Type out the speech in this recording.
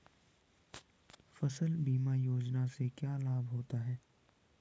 फसल बीमा योजना से क्या लाभ होता है?